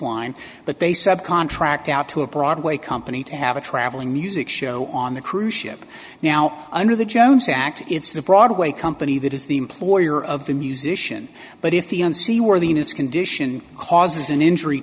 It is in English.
line but they subcontract out to a broadway company to have a traveling music show on the cruise ship now under the jones act it's the broadway company that is the employer of the musician but if the on seaworthiness condition causes an injury